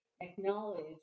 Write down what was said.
acknowledge